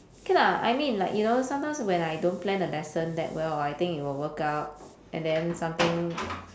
okay lah I mean you know sometimes when I don't plan a lesson that well or I think it will work out and then something